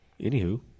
Anywho